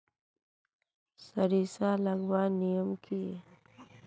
सरिसा लगवार नियम की?